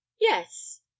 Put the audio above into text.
yes